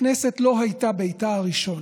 הכנסת לא הייתה ביתה הראשון.